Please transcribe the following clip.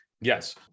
yes